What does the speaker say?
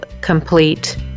complete